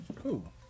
Cool